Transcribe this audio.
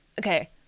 okay